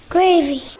Gravy